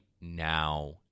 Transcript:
now